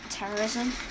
terrorism